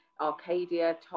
Arcadia